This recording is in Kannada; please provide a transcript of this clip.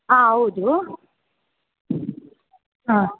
ಆಂ ಹೌದು ಹಾಂ